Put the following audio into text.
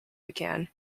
began